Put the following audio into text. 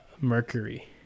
Mercury